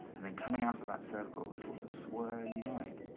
and and coming out of that so corner a sort of swirly line